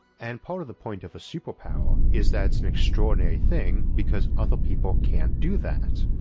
and part of the point of a superpower is that it's an extraordinary thing because other people can't do that.